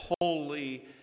holy